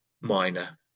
minor